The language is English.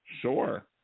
sure